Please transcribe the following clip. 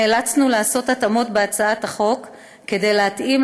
נאלצנו לעשות התאמות בהצעת החוק כדי להתאים